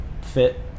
fit